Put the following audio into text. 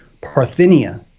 parthenia